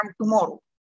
tomorrow